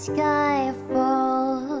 Skyfall